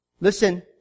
listen